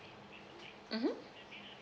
mmhmm